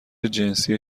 جنسی